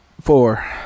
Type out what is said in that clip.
four